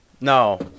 No